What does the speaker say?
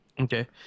Okay